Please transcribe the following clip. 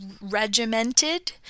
regimented